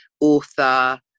author